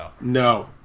No